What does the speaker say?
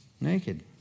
naked